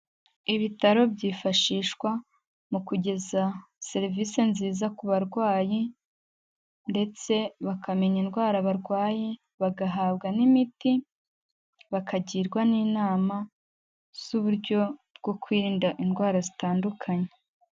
Ibitaro byifashishwa mu kugeza serivisi nziza ku barwayi ndetse bakamenya indwara barwaye, bagahabwa n'imiti, bakagirwa n'inama z'uburyo bwo kwirinda indwara zitandukanye.